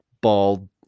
bald